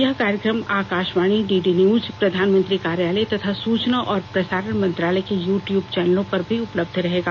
यह कार्यक्रम Akashvani D D news प्रधानमंत्री कार्यालय तथा सूचना और प्रसारण मंत्रालय के यू ट्यूब चैनलों पर उपलब्ध रहेगा